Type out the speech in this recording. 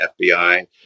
FBI